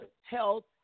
health